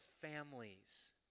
families